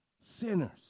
sinners